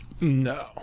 No